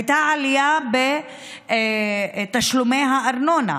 הייתה עלייה בתשלומי הארנונה,